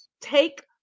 take